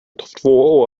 två